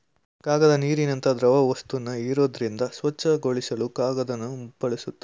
ಕಾಗದ ನೀರಿನಂತ ದ್ರವವಸ್ತುನ ಹೀರೋದ್ರಿಂದ ಸ್ವಚ್ಛಗೊಳಿಸಲು ಕಾಗದನ ಬಳುಸ್ತಾರೆ